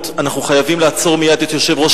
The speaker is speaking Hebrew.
אנחנו חייבים לעצור מייד את יושב-ראש